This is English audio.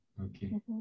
Okay